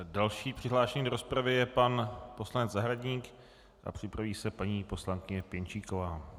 Další přihlášený do rozpravy je pan poslanec Zahradník a připraví se paní poslankyně Pěnčíková.